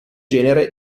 genere